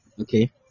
Okay